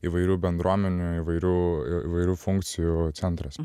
įvairių bendruomenių įvairių įvairių funkcijų centras